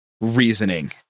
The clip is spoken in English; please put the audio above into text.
reasoning